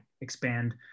expand